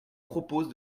propose